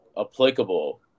applicable